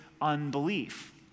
unbelief